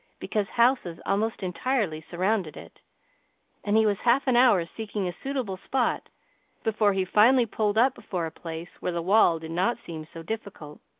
because houses almost entirely surrounded it and he was half an hour seeking a suitable spot before he finally pulled up before a place where the wall did not seem so difficult.